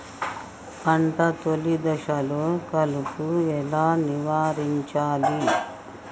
పంట తొలి దశలో కలుపు ఎలా నివారించాలి?